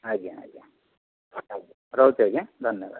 ଆଜ୍ଞା ଆଜ୍ଞା ରହୁଛି ଆଜ୍ଞା ଧନ୍ୟବାଦ